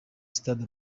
stade